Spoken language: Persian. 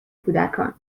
کودکان